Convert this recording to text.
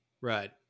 Right